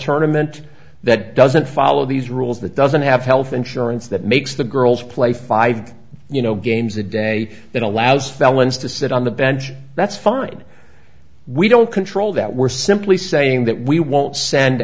tournament that doesn't follow these rules that doesn't have health insurance that makes the girls play five you know games a day that allows felons to sit on the bench that's fine we don't control that we're simply saying that we won't send